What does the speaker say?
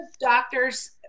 doctors